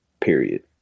Period